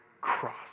cross